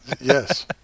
Yes